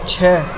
چھ